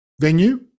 venue